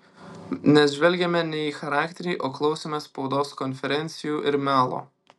nes žvelgiame ne į charakterį o klausomės spaudos konferencijų ir melo